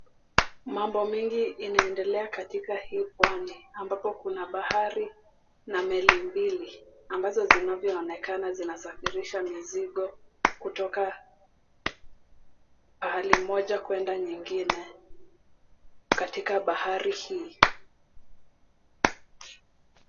Mambo mingi inaendelea katika hii pwani ambapo kuna bahari na meli mbili ambazo zinavyoonekana zinasafirisha mizigo kutoka pahali moja kuenda nyingine katika bahari hii.